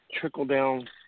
trickle-down